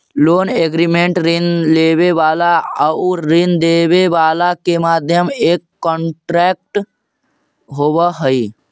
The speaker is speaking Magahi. लोन एग्रीमेंट ऋण लेवे वाला आउर ऋण देवे वाला के मध्य एक कॉन्ट्रैक्ट होवे हई